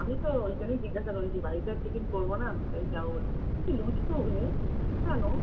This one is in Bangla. আমি তো ওই জন্যই জিজ্ঞাসা করেছি বাড়িতে তো টিফিন করবো না ওই খাবো বলে কী লুচি ঘুগনি কেন